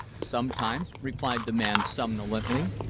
sometimes, replied the man somnolently.